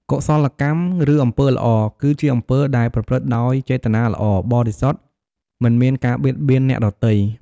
កុសលកម្ម ឬ អំពើល្អ គឺជាអំពើដែលប្រព្រឹត្តដោយចេតនាល្អ បរិសុទ្ធ មិនមានការបៀតបៀនអ្នកដទៃ។